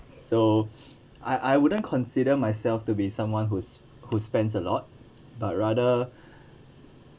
so I I wouldn't consider myself to be someone who's who spends a lot but rather